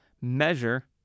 measure